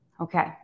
Okay